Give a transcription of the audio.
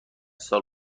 سال